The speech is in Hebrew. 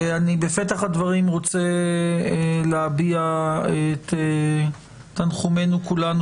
בפתח הדברים אני רוצה להביע את תנחומינו כולנו